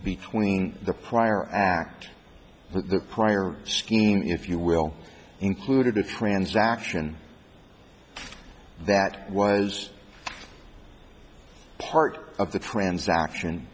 between the prior act the prior scheme if you will included if transaction that was part of the transaction